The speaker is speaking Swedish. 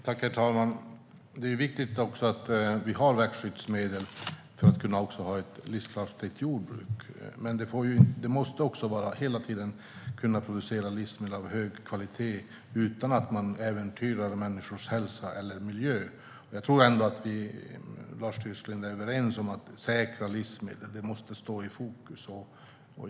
Herr talman! Det är viktigt att vi har växtskyddsmedel för att kunna ha ett livskraftigt jordbruk. Men vi måste kunna producera livsmedel av hög kvalitet utan att äventyra människors hälsa eller miljön. Jag tror att Lars Tysklind och jag är överens om att säkra livsmedel måste stå i fokus.